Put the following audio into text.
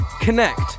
connect